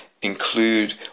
include